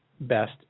best